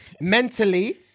mentally